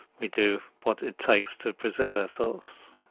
we do what it takes to preserve ourselves,